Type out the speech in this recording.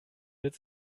wird